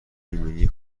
ایمنی